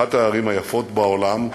אחת הערים היפות בעולם,